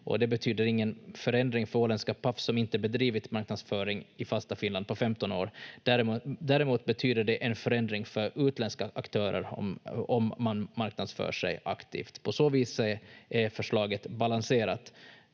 Det betyder ingen förändring för åländska Paf, som inte bedrivit marknadsföring i fasta Finland på 15 år. Däremot betyder det en förändring för utländska aktörer om man marknadsför sig aktivt. På så vis är förslaget balanserat.